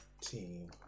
team